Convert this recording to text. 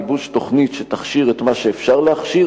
גיבוש תוכנית שתכשיר את מה שאפשר להכשיר,